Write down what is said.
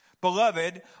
Beloved